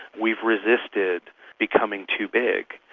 we've resisted becoming too big,